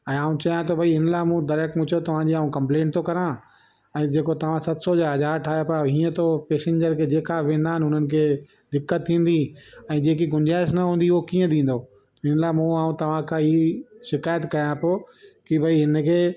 ऐं आऊं चयां त भई हिन लाइ मूं डाइरेक्ट मूं चयो तव्हांजी आऊं कम्पलेन थो करां ऐं जेको तव्हां सत सौ जा हज़ार ठाहिया पोइ हीअं त पैसिंजर खे जेका वेंदा आहिनि उन्हनि खे दिक़त थींदी ऐं जेकी गुंजाइश न हूंदी उहो कीअं ॾींदो इन लाइ मूं आऊं तव्हांखा ई शिकाइत कयां पियो कि भई हिनखे